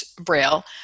Braille